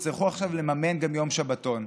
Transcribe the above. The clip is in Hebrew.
יצטרכו עכשיו לממן גם יום שבתון.